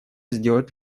сделать